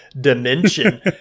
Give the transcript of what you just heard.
dimension